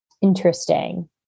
Interesting